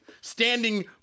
Standing